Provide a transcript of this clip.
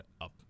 up